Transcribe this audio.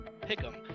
pick-em